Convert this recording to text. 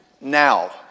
now